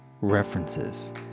references